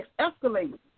escalating